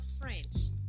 friends